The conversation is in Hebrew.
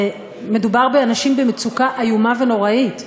מדובר באנשים במצוקה איומה ונוראית.